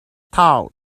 thought